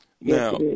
Now